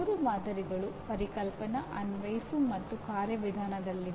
ಮೂರು ಮಾದರಿಗಳು ಪರಿಕಲ್ಪನಾ ಅನ್ವಯಿಸು ಮತ್ತು ಕಾರ್ಯವಿಧಾನದಲ್ಲಿವೆ